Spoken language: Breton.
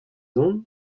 zont